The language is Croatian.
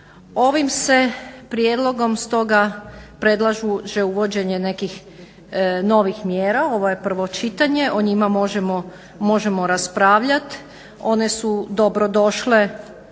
Ovim se prijedlogom stoga predlaže uvođenje nekih novih mjera, ovo je prvo čitanje, o njima možemo raspravljat one su dobrodošle